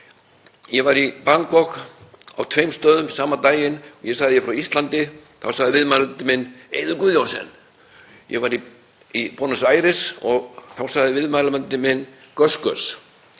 Ég var í Bangkok á tveimur stöðum sama daginn. Ég sagði: Ég er frá Íslandi. Þá sagði viðmælandi minn: Eiður Guðjohnsen. Ég var í Buenos Aires og þá sagði viðmælandi minn: GusGus.